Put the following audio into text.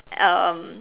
um